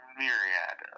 myriad